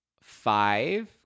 five